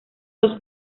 dos